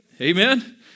Amen